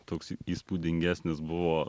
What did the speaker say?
toks įspūdingesnis buvo